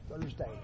Thursday